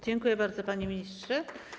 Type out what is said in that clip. Dziękuję bardzo, panie ministrze.